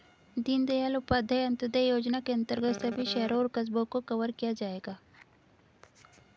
दीनदयाल उपाध्याय अंत्योदय योजना के अंतर्गत सभी शहरों और कस्बों को कवर किया जाएगा